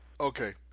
Okay